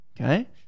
Okay